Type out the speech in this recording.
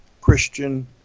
Christian